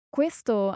Questo